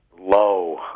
low